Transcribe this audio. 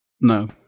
No